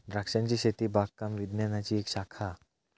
द्रांक्षांची शेती बागकाम विज्ञानाची एक शाखा हा